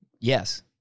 yes